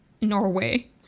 Norway